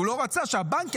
הוא לא רצה שהבנקים,